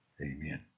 amen